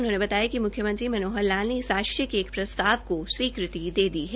उन्होंने बताया कि मुख्यमंत्री मनोहर लाल ने इस आश्य के एक प्रसताव को स्वीकृति दे दी है